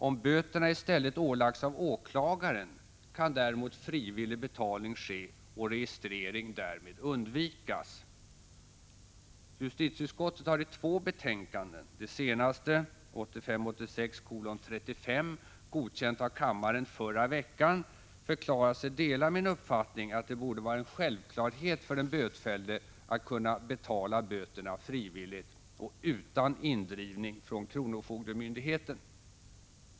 Om böterna i stället ålagts vederbörande av 2 juni 1986 åklagaren, kan däremot frivillig betalning ske och registrering därmed undvikas. Justitieutskottet har i två betänkanden, det senaste godkänt av kammaren förra veckan, förklarat sig dela min uppfattning att det borde vara en självklarhet för den bötfällde att kunna betala böterna frivilligt och utan indrivning från kronofogdemyndigheten.